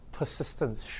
persistence